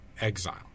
exile